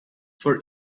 for